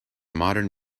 modern